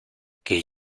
que